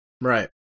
Right